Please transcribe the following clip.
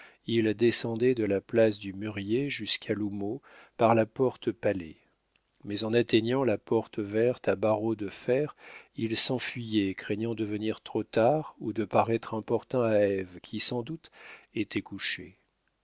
il descendait de la place du mûrier jusqu'à l'houmeau par la porte palet mais en atteignant la porte verte à barreaux de fer il s'enfuyait craignant de venir trop tard ou de paraître importun à ève qui sans doute était couchée